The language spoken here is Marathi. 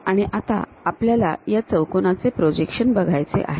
आणि आता आपल्याला या चौकोनाचे प्रोजेक्शन बघायचे आहे